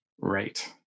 Right